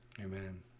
Amen